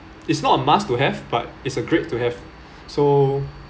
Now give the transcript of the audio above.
it's not a must to have but it's a great to have so